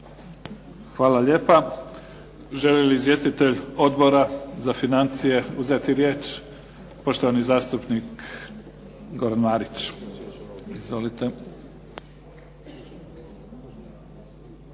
Hvala lijepa. Želi li izvjestitelj Odbora za financije uzeti riječ? Poštovani zastupnik Goran Marić. Izvolite.